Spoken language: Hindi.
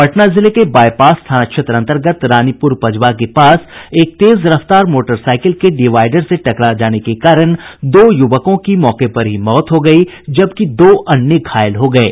पटना जिले के बाईपास थाना क्षेत्र अन्तर्गत रानीपुर पजवा के पास एक तेज रफ्तार मोटरसाईकिल के डिवाईडर से टाकरा जाने के कारण दो युवकों की मौके पर ही मौत हो गयी जबकि दो अन्य घायल हो गये